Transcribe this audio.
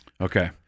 Okay